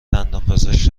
دندانپزشک